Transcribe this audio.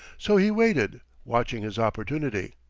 so he waited, watching his opportunity.